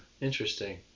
Interesting